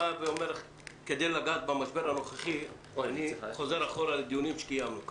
כדי לגעת במשבר הנוכחי אני חוזר אחורה לדיונים שקיימנו כאן.